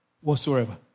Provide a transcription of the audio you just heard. whatsoever